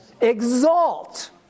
exalt